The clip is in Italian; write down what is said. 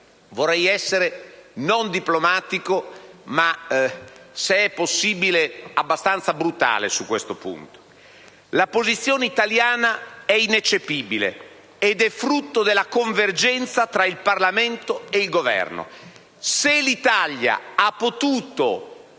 vorrei essere non diplomatico, ma - se è possibile - abbastanza brutale. La posizione italiana è ineccepibile ed è frutto della convergenza tra il Parlamento e il Governo.